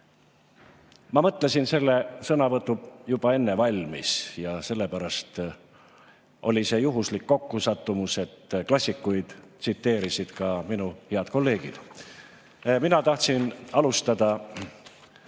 Ma mõtlesin selle sõnavõtu juba enne valmis ja sellepärast oli see juhuslik kokkusattumus, et klassikuid tsiteerisid ka minu head kolleegid. Mina tahtsin alustada